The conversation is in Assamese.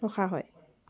ৰখা হয়